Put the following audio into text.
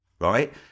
right